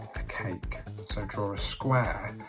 a cake so draw a square,